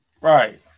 Right